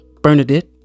Bernadette